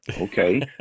Okay